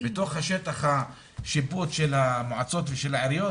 בתוך השטח שיפוט של המועצות ושל העיריות,